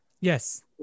Yes